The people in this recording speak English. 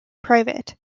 private